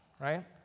right